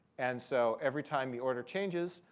and so every time the order changes,